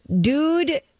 Dude